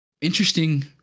Interesting